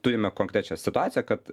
turime konkrečią situaciją kad